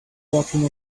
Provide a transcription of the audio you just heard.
walking